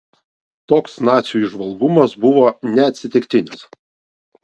toks nacių įžvalgumas buvo neatsitiktinis